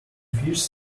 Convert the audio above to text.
fish